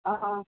आ